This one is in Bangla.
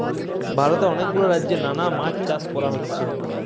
ভারতে অনেক গুলা রাজ্যে নানা মাছ চাষ কোরা হচ্ছে